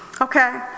okay